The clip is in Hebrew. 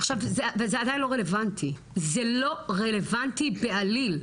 עכשיו וזה עדיין לא רלוונטי, זה לא רלוונטי בעליל.